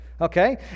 Okay